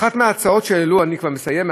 אני כבר מסיים.